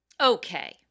Okay